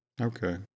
Okay